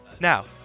Now